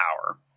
power